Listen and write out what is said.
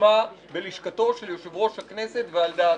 שסוכמה בלשכתו של יושב-ראש הכנסת ועל דעתו.